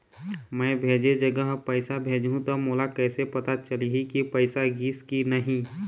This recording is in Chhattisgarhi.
मैं भेजे जगह पैसा भेजहूं त मोला कैसे पता चलही की पैसा गिस कि नहीं?